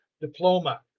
diploma